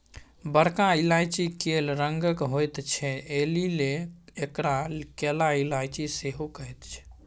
बरका इलायची कैल रंगक होइत छै एहिलेल एकरा कैला इलायची सेहो कहैत छैक